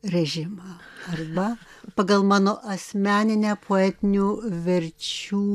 režimą arba pagal mano asmeninę poetinių verčių